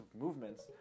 movements